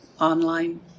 online